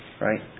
right